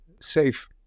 safe